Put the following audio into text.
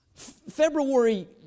February